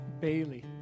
Bailey